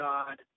God